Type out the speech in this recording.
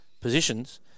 positions